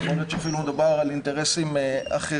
יכול להיות שאפילו מדובר על אינטרסים אחרים,